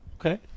Okay